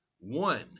one